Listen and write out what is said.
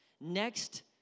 Next